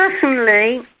personally